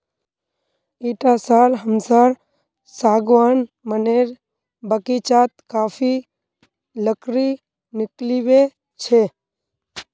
इटा साल हमसार सागवान मनेर बगीचात काफी लकड़ी निकलिबे छे